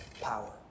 power